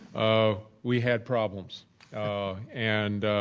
um we had problems and,